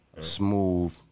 smooth